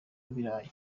ibirayi